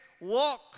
Walk